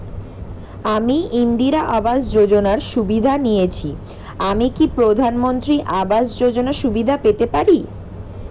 আমি ইন্দিরা আবাস যোজনার সুবিধা নেয়েছি আমি কি প্রধানমন্ত্রী আবাস যোজনা সুবিধা পেতে পারি?